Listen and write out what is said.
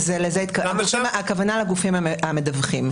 הכוונה לגופים המדווחים,